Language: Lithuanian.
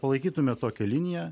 palaikytume tokią liniją